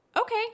okay